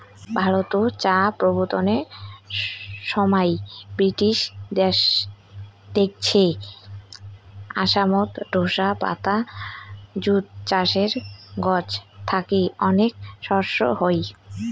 ভারতত চা প্রবর্তনের সমাই ব্রিটিশ দেইখছে আসামত ঢোসা পাতা যুত চায়ের গছ থাকি অনেক শস্য হই